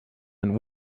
and